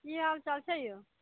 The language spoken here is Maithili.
की हालचाल छै यौ